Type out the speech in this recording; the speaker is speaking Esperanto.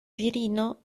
virino